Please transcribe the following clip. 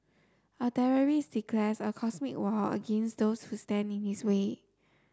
a terrorist declares a cosmic war against those who stand in his way